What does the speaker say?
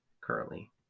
currently